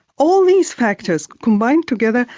all these factors combined together,